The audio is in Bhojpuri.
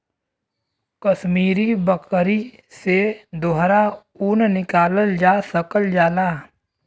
कसमीरी बकरी से दोहरा ऊन निकालल जा सकल जाला